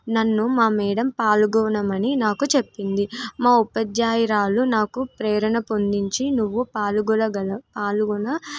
నన్ను మా మేడం పాల్గొనమని నాకు చెప్పింది మా ఉపాధ్యాయురాలు నాకు ప్రేరణ పొందించి నువ్వు పాల్గొలగల పాల్గొన